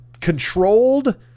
controlled